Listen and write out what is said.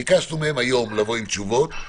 ביקשנו מהם היום לבוא עם תשובות,